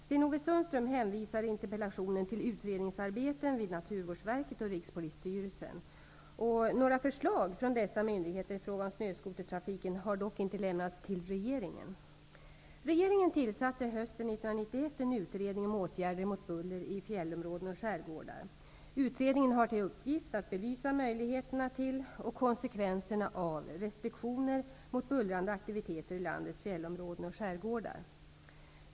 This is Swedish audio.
Sten-Ove Sundström hänvisar i interpellationen till utredningsarbeten vid Naturvårdsverket och Rikspolisstyrelsen. Några förslag från dessa myndigheter i fråga om snöskotertrafiken har dock inte lämnats till regeringen. Regeringen tillsatte hösten 1991 en utredning om åtgärder mot buller i fjällområden och skärgårdar . Utredningen har till uppgift att belysa möjligheterna till och konsekvenserna av restriktioner mot bullrande aktiviteter i landets fjällområden och skärgårdar.